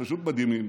פשוט מדהימים,